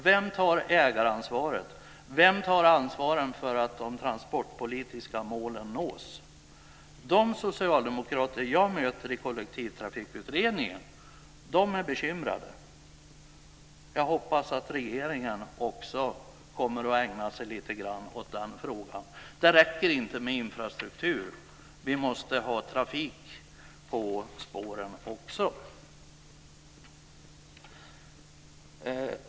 Vem tar ägaransvaret? Vem tar ansvaret för att de transportpolitiska målen nås? De socialdemokrater jag möter i Kollektivtrafikutredningen är bekymrade. Jag hoppas att regeringen också kommer att ägna sig lite grann åt den frågan. Det räcker inte med infrastruktur, vi måste ha trafik på spåren också.